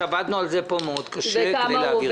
שעבדנו פה קשה מאוד כדי לחוקק אותו.